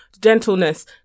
gentleness